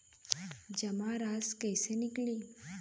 जमा राशि कइसे निकली?